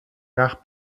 nach